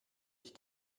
ich